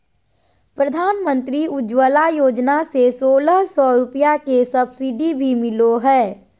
प्रधानमंत्री उज्ज्वला योजना से सोलह सौ रुपया के सब्सिडी भी मिलो हय